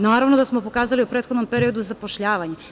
Naravno da smo pokazali u prethodnom periodu zapošljavanje.